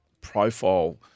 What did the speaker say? profile